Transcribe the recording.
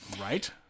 Right